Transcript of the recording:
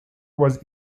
was